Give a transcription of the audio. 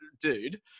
dude